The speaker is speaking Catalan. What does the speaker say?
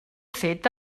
fet